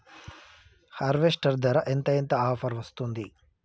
Harvester ధర ఎంత ఎంత ఆఫర్ వస్తుంది?